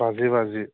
बाजि बाजि